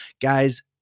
guys